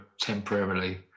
temporarily